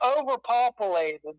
overpopulated